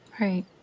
right